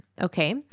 okay